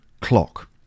clock